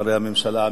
שרי הממשלה,